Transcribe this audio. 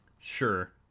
Sure